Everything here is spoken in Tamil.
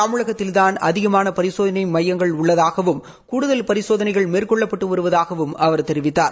தமிழகத்தில்தான் அதிகமான பரிசோதனை மையங்கள் உள்ளதாகவும் கூடுதல் பரிசோதனைகள் மேற்கொள்ளப்பட்டு வருவதாகவும் அவர் தெரிவித்தார்